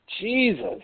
Jesus